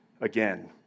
again